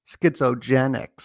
schizogenics